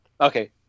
Okay